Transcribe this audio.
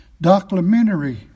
documentary